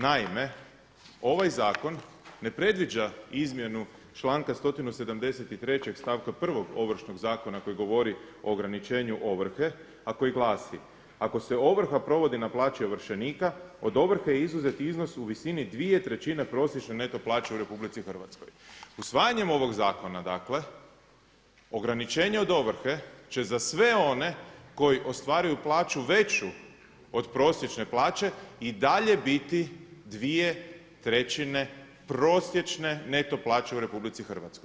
Naime, ovaj zakon ne predviđa izmjenu članka 173. stavka 1. Ovršnog zakona koji govori o ograničenju ovrhe a koji glasi: „Ako se ovrha provodi na plaće ovršenika od ovrhe je izuzet iznos u visini dvije trećine prosječne neto plaće u Republici Hrvatskoj.“ Usvajanjem ovog zakona dakle, ograničenje od ovrhe će za sve one koji ostvaruju plaću veću od prosječne plaće i dalje biti dvije trećine prosječne neto plaće u RH.